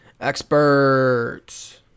experts